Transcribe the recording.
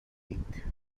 week